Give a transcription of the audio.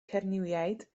cernywiaid